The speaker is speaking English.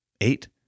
Eight